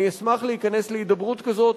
אני אשמח להיכנס להידברות כזו.